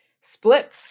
split